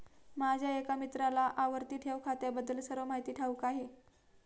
माझ्या एका मित्राला आवर्ती ठेव खात्याबद्दल सर्व माहिती ठाऊक आहे